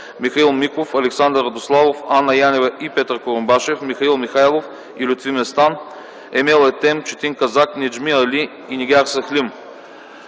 Михаил Миков, Александър Радославов, Анна Янева и Петър Курумбашев, Михаил Михайлов и Лютви Местан, Емел Етем, Четин Казак, Неджми Али и Нигяр Сахлим.